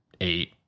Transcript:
eight